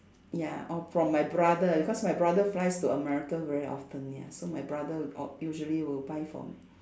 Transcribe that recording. ya or from my brother because my brother flies to America very often ya so my brother uh usually will buy for